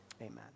Amen